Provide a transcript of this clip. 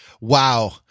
Wow